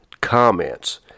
comments